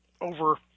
over